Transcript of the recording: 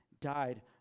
died